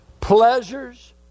pleasures